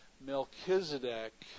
Melchizedek